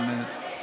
אתם פעלתם